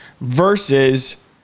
versus